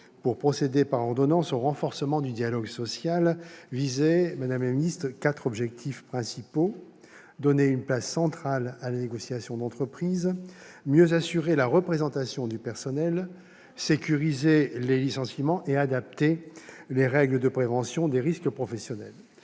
pour procéder par ordonnances au renforcement du dialogue social visait quatre objectifs principaux : donner une place centrale à la négociation d'entreprise, mieux assurer la représentation du personnel, sécuriser les licenciements et adapter les règles de prévention des risques professionnels.